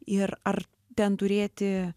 ir ar ten turėti